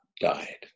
died